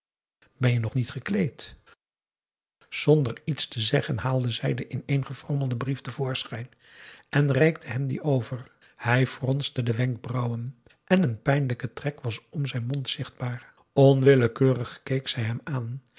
ben je nog gekleed zonder iets te zeggen haalde zij den ineengefrommelden brief te voorschijn en reikte hem dien over hij fronste de wenkbrauwen en een pijnlijke trek was om zijn mond zichtbaar onwillekeurig keek zij hem aan